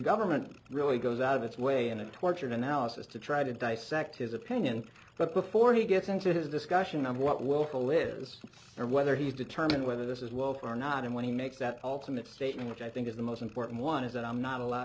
government really goes out of its way in a torture analysis to try to dissect his opinion but before he gets into his discussion of what willful is and whether he's determined whether this is well or not and when he makes that ultimate statement which i think is the most important one is that i'm not allo